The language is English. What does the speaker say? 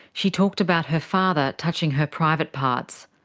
she talked about her father touching her private parts.